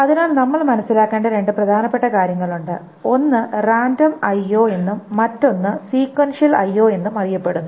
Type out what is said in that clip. അതിനാൽ നമ്മൾ മനസ്സിലാക്കേണ്ട രണ്ട് പ്രധാനപ്പെട്ട കാര്യങ്ങളുണ്ട് ഒന്ന് റാൻഡം IO Random IO എന്നും മറ്റൊന്ന് സീകൻഷ്യൽ IO Sequential IO എന്നും അറിയപ്പെടുന്നു